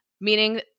meaning